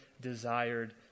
desired